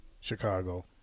Chicago –